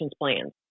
plans